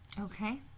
Okay